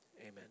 amen